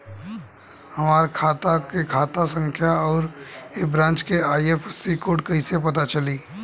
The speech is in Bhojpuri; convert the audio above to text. हमार खाता के खाता संख्या आउर ए ब्रांच के आई.एफ.एस.सी कोड कैसे पता चली?